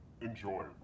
Enjoy